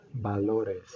Valores